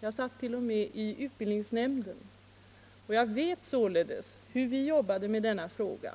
Jag satt t.o.m. i utbildningsnämnden, och jag vet således hur vi jobbade med denna fråga,